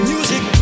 Music